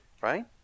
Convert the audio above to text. right